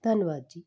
ਧੰਨਵਾਦ ਜੀ